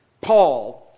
Paul